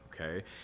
okay